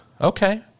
okay